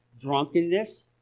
drunkenness